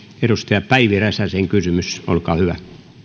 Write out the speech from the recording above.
edustaja päivi räsäsen kysymys olkaa hyvä